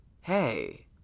Hey